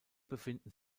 befinden